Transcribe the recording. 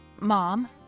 mom